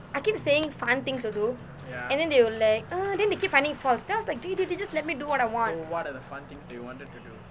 I keep saying fun thing to do and then they will like ah then they keep finding flaws then I'm like dude can you just let me do what I want